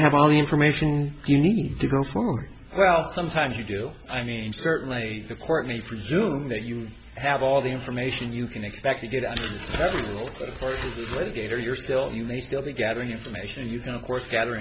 have all the information you need to go forward well sometimes you do i mean certainly the court may presume that you have all the information you can expect to get a result later you're still you may still be gathering information and you can of course gather